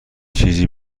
چیزی